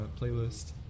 playlist